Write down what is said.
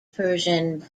persian